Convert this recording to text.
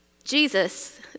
Jesus